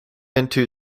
into